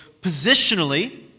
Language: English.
positionally